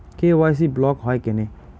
KYC block হয় কেনে?